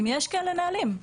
אם יש כאלה נהלים?